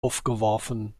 aufgeworfen